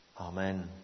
Amen